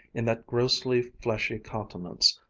in that grossly fleshy countenance,